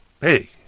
Hey